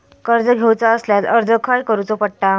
कर्ज घेऊचा असल्यास अर्ज खाय करूचो पडता?